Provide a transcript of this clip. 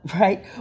right